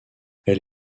elle